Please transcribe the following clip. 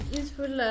useful